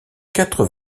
quatre